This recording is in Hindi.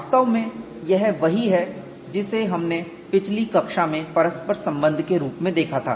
वास्तव में यह वही है जिसे हमने पिछली कक्षा में परस्पर संबंध के रूप में देखा था